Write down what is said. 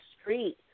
street